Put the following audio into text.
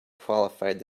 qualified